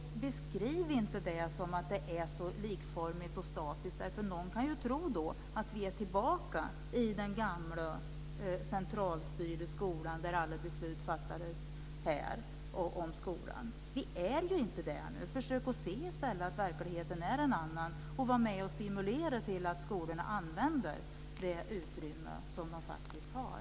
Beskriv alltså inte detta som någonting likformigt och statiskt därför att någon kan då tro att vi är tillbaka i den gamla centralstyrda skolan och i ordningen att alla beslut om skolan fattas här. Men vi är inte där nu, så försök i stället se att verkligheten är en annan och var med och stimulera till att skolorna använder det utrymme som de faktiskt har!